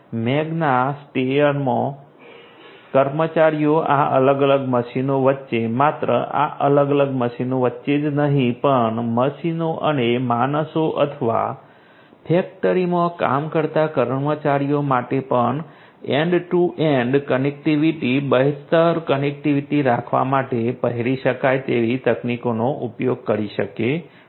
Magna સ્ટેયરમાં કર્મચારીઓ આ અલગ અલગ મશીનો વચ્ચે માત્ર આ અલગ અલગ મશીનો વચ્ચે જ નહીં પણ મશીનો અને માણસો અથવા ફેક્ટરીમાં કામ કરતા કર્મચારીઓ માટે પણ એન્ડ ટુ એન્ડ કનેક્ટિવિટી બહેતર કનેક્ટિવિટી રાખવા માટે પહેરી શકાય તેવી તકનીકોનો ઉપયોગ કરે છે